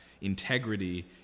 integrity